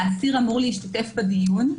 האסיר אמור להשתתף בדיון.